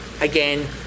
again